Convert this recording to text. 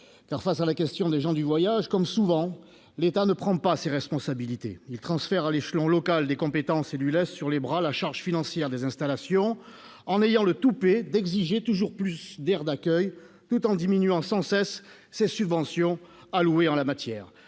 Car, face à cette question, l'État, comme souvent, ne prend pas ses responsabilités. Il transfère à l'échelon local des compétences et lui laisse sur les bras la charge financière des installations, en ayant le toupet d'exiger la réalisation de toujours plus d'aires d'accueil tout en diminuant sans cesse les subventions qu'il alloue en la matière.